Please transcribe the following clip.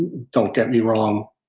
don't get me wrong,